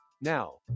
Now